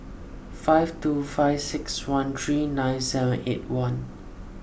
five two five six one three nine seven eight one